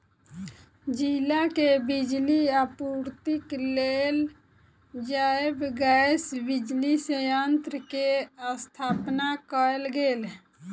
जिला के बिजली आपूर्तिक लेल जैव गैस बिजली संयंत्र के स्थापना कयल गेल